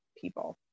people